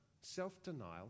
self-denial